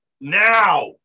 Now